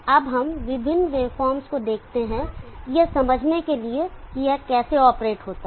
अब हम विभिन्न वेवफॉर्म्स को देखते हैं यह समझने के लिए कि यह कैसे ऑपरेट होता है